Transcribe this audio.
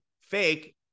fake